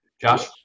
Josh